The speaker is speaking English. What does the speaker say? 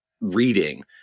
reading